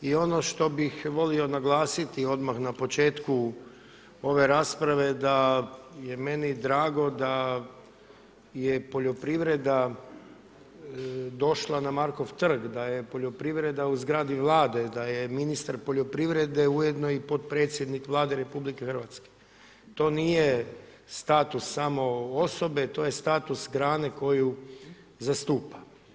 I ovo što bi volio naglasiti, ono na početku ove rasprave je da je meni drago da je poljoprivreda, došla na Markov trg, da je poljoprivreda u zgradi vladi, da je ministar poljoprivrede ujedno i potpredsjednik Vlade RH, to nije status samo osobe, to je status grane koju zastupa.